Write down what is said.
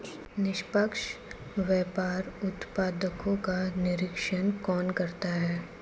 निष्पक्ष व्यापार उत्पादकों का निरीक्षण कौन करता है?